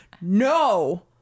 no